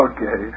Okay